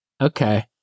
Okay